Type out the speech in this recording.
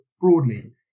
broadly